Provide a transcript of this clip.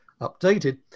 updated